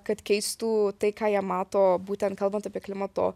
kad keistų tai ką jie mato būtent kalbant apie klimato